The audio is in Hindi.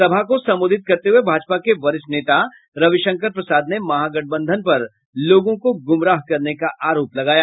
सभा को संबोधित करते हुए भाजपा के वरिष्ठ नेता रविशंकर प्रसाद ने महागठबंधन पर लोगों को गुमराह करने का आरोप लगाया